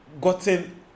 gotten